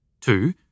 Two